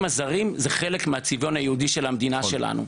הזרים זה חלק מהצביון היהודי של המדינה שלנו,